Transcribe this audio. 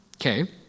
Okay